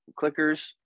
clickers